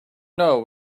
know